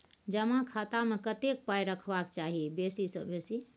जमा खाता मे कतेक पाय रखबाक चाही बेसी सँ बेसी?